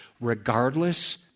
regardless